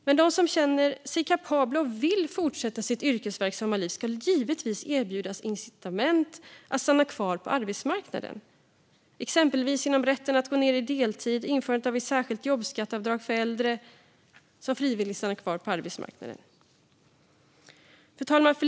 Men de som känner sig kapabla och vill fortsätta sitt yrkesverksamma liv ska givetvis erbjudas incitament att stanna kvar på arbetsmarknaden, exempelvis genom rätten att gå ned i deltid och införandet av ett särskilt jobbskatteavdrag för äldre som frivilligt stannar kvar på arbetsmarknaden. Fru talman!